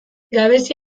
gabezi